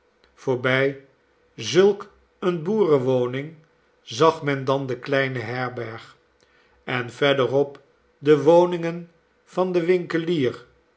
voorbij zulk eene boerenwoning zag men dan de kleine herberg en verderop de woningen van den winkelier